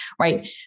right